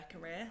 career